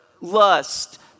lust